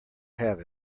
have